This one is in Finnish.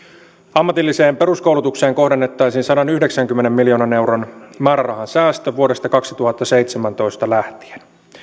ammatilliseen peruskoulutukseen kohdennettaisiin sadanyhdeksänkymmenen miljoonan euron määrärahasäästö vuodesta kaksituhattaseitsemäntoista lähtien